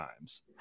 times